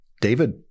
David